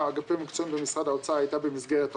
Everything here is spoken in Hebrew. המקצועיים במשרד האוצר הייתה במסגרת החוק.